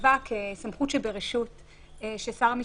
שקבע כסמכות שברשות ששר המשפטים,